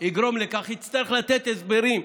יגרום לכך יצטרך לתת הסברים.